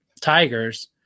Tigers